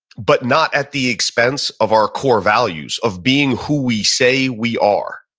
but not at the expense of our core values of being who we say we are.